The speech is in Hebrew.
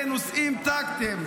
אתה חותר תחתיי.